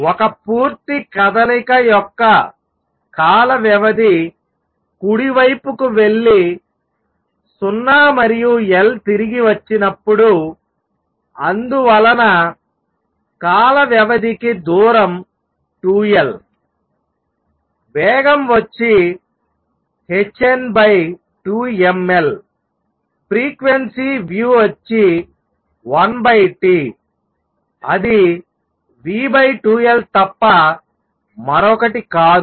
ఒక పూర్తి కదలిక యొక్క కాల వ్యవధి కుడి వైపుకు వెళ్లి 0 మరియు L తిరిగి వచ్చినప్పుడు అందువలన కాల వ్యవధికి దూరం 2 L వేగం వచ్చి hn2mLఫ్రీక్వెన్సీ వచ్చి 1Tఅది v2L తప్ప మరొకటి కాదు